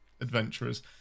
adventurers